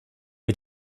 wir